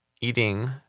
eating